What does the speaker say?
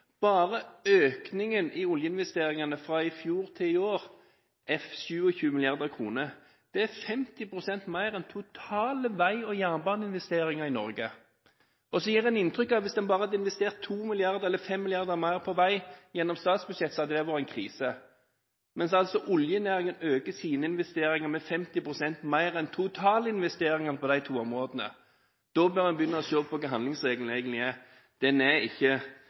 Bare økningene i oljeinvesteringene fra i fjor til i år er på 27 mrd. kr. Det er 50 pst. mer enn de totale vei- og jernbaneinvesteringene i Norge. En gir inntrykk av at hvis en hadde investert bare 2 mrd. kr eller 5 mrd. kr mer på vei gjennom statsbudsjettet, ville det vært en krise – mens oljenæringen øker sine investeringer med 50 pst. mer enn totalinvesteringene på disse to områdene. Da bør man begynne å se på hva handlingsregelen egentlig er. Svaret er ikke